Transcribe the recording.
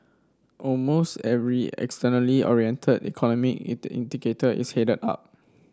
almost every externally oriented economy it indicator is head up